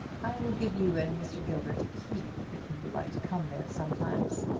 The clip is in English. i will give you and mr. gilbert a key, if you would like to come there sometimes.